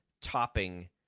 topping